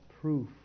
proof